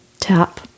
Tap